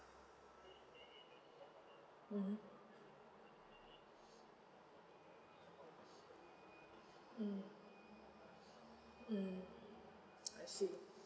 mmhmm mm mm I see